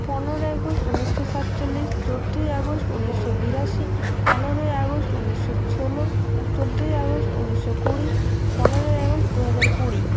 পনেরোই আগস্ট উনিশশো সাতচল্লিশ চোদ্দোই আগস্ট উনিশশো বিরাশি পনেরোই আগস্ট উনিশশো সোলো চোদ্দোই আগস্ট উনিশশো কুড়ি পনেরোই আগস্ট দুহাজার কুড়ি